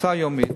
תפוסה יומית,